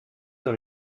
dans